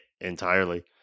entirely